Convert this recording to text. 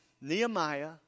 Nehemiah